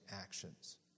actions